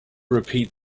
repeat